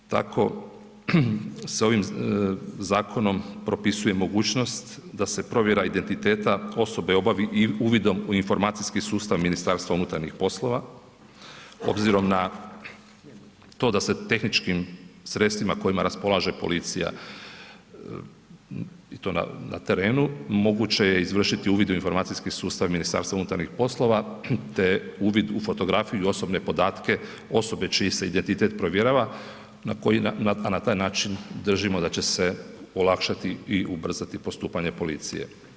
Tako se ovim zakonom propisuje mogućnost da se provjera identiteta osobe obavi i uvidom u informacijski sustav MUP-a obzirom na to da se tehničkim sredstvima kojima raspolaže policija i to na terenu moguće je izvršiti uvid u informacijski sustava MUP-a te uvid u fotografiju i osobne podatke osobe čiji se identitet provjerava, a na taj način držimo da će olakšati i ubrzati postupanje policije.